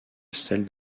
celle